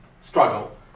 struggle